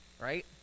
right